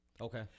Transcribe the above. Okay